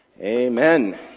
Amen